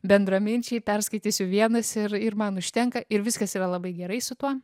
bendraminčiai perskaitysiu vienas ir ir man užtenka ir viskas yra labai gerai su tuo